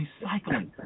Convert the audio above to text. recycling